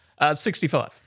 65